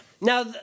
Now